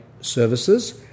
services